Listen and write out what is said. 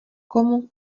komu